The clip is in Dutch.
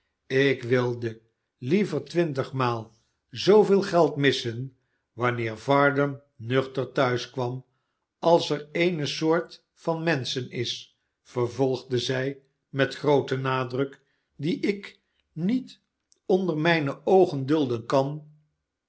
ik wilde liever twintigmaal zooveel geld missen wanneer varden nuchter thuis kwam als er dene soort van menschen is vervolgde zij met grooten nadruk die ik met onder mijne oogen dulden kan